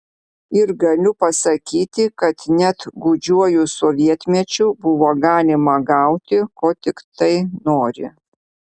ir galiu pasakyti kad net gūdžiuoju sovietmečiu buvo galima gauti ko tiktai nori